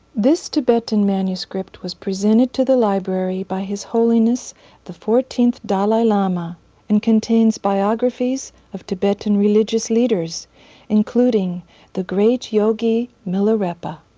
this tibetan manuscript was presented to the library by his holiness the xivth dalai lama and contains biographies of tibetan religious leaders including the great yogi milarepa.